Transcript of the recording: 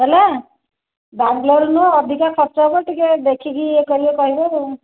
ହେଲା ବାଙ୍ଗାଲୋର ରେ ନୁହଁ ଅଧିକା ଖର୍ଚ୍ଚ ହେବ ଟିକେ ଦେଖିକି ଇଏ କରିକି କହିବ